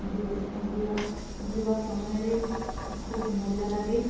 ପହଁରିବା ପହଁରିବା ପହଁରିବା ସମୟରେ ଖୁବ୍ ମଜା ଲାଗେ